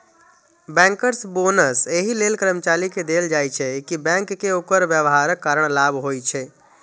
bankers bonus एहि लेल कर्मचारी कें देल जाइ छै, कि बैंक कें ओकर व्यवहारक कारण लाभ होइ छै